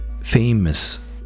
famous